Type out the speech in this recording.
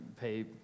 pay